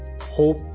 Hope